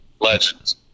Legends